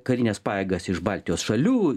karines pajėgas iš baltijos šalių